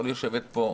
אורלי יושבת פה.